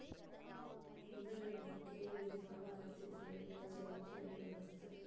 ಮೊದಲೆಲ್ಲಾ ಕೈನಿಂದ ಹಾಲು ಕರೀತಿದ್ರೆ ಈಗ ಹೆಚ್ಚಾಗಿ ಮೆಷಿನ್ ಅನ್ನೇ ಬಳಸ್ತಾರೆ